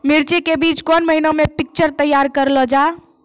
मिर्ची के बीज कौन महीना मे पिक्चर तैयार करऽ लो जा?